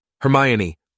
Hermione